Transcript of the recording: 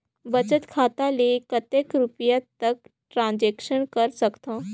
बचत खाता ले कतेक रुपिया तक ट्रांजेक्शन कर सकथव?